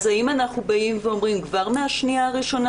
האם אנחנו אומרים כבר מהשנייה הראשונה